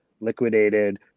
liquidated